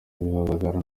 bihozagara